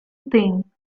thing